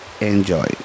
Enjoy